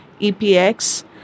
EPX